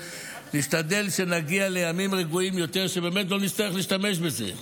נשתדל שנגיע לימים רגועים יותר ובאמת לא נצטרך להשתמש בזה.